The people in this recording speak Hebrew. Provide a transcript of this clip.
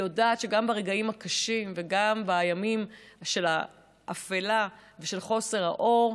היא יודעת שגם ברגעים הקשים וגם בימי האפלה וחוסר האור,